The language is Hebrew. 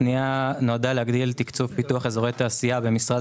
הפנייה נועדה להגדיל תקצוב פיתוח אזורי תעשייה במשרד